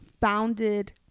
founded